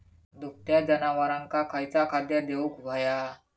दुभत्या जनावरांका खयचा खाद्य देऊक व्हया?